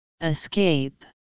escape